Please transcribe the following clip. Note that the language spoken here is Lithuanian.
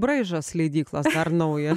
braižas leidyklos ar nauja